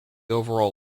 overall